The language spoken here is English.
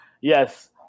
Yes